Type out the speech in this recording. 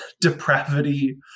depravity